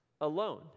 alone